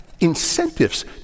Incentives